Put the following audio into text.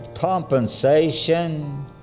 compensation